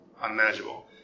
Unmanageable